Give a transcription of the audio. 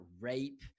rape